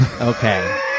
Okay